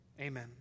amen